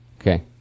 Okay